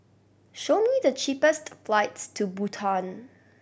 show me the cheapest flights to Bhutan